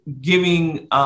giving